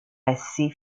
essi